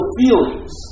feelings